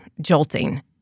jolting